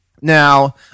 Now